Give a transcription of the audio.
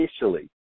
initially